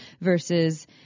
versus